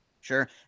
sure